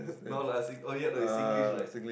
no lah I think oh ya it's Singlish right